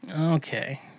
Okay